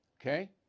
Okay